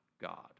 God